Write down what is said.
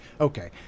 okay